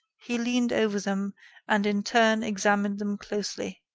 he leaned over them and, in turn, examined them closely.